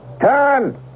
Turn